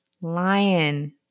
lion